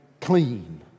clean